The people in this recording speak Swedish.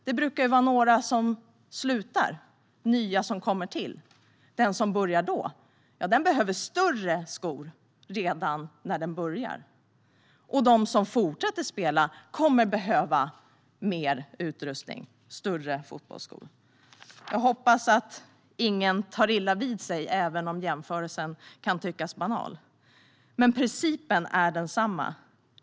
Det brukar vara några som slutar och nya som tillkommer. De som börjar behöver större fotbollsskor redan när de kommer, och de som fortsätter att spela kommer att behöva mer utrustning och större skor. Jag hoppas att ingen tar illa vid sig av jämförelsen, även om den kan tyckas banal. Men principen är densamma.